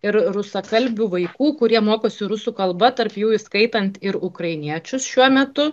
ir rusakalbių vaikų kurie mokosi rusų kalba tarp jų įskaitant ir ukrainiečius šiuo metu